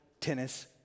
tennis